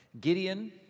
Gideon